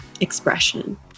expression